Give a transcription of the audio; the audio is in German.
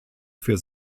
für